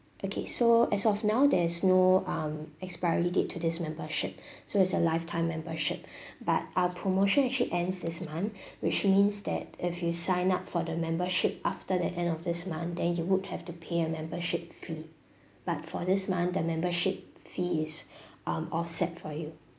okay so as of now there is no um expiry date to this membership so it's a lifetime membership but our promotion actually ends this month which means that if you sign up for the membership after the end of this month then you would have to pay a membership fee but for this month the membership fee is um offset for you